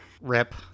Rip